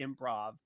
improv